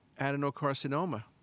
adenocarcinoma